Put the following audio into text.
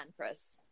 Chris